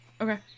Okay